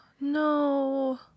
No